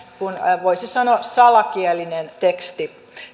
voisi sanoa salakielinen teksti